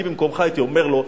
אני במקומך הייתי אומר לו: